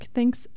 Thanks